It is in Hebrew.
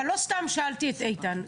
אבל לא סתם שאלתי את איתן,